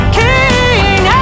king